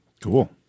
Cool